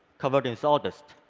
covered in sawdust,